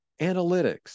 analytics